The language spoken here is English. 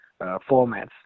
formats